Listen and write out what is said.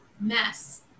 mess